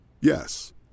Yes